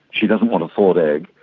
she doesn't want a thawed egg,